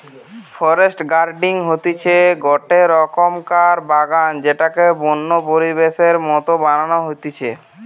forest gardening হতিছে গটে রকমকার বাগান যেটাকে বন্য পরিবেশের মত বানানো হতিছে